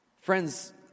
Friends